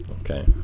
Okay